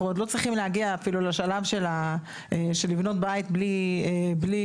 אנחנו עוד לא צריכים להגיע אפילו לשלב של לבנות בית בלי מאגר,